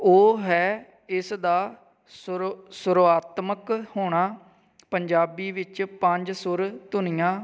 ਉਹ ਹੈ ਇਸ ਦਾ ਸੁਰ ਸੁਰਾਤਮਕ ਹੋਣਾ ਪੰਜਾਬੀ ਵਿੱਚ ਪੰਜ ਸੁਰ ਧੁਨੀਆਂ